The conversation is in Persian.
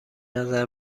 نظر